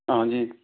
हाँ जी